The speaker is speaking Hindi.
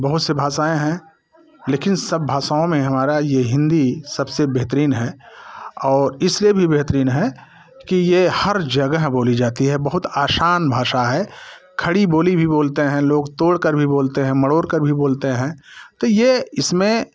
बहुत से भाषाएँ हैं लेकिन सब भाषाओं में हमारा ये हिंदी सबसे बेहतरीन है और इसलिए भी बेहतरीन है कि ये हर जगह बोली जाती है बहुत आसान भाषा है खड़ी बोली भी बोलते है लोग तोड़कर भी बोलते हैं मरोड़ कर भी बोलते हैं तो ये इसमें